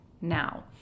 now